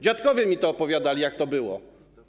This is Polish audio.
Dziadkowie mi to opowiadali, jak to było.